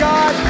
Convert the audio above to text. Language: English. God